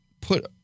put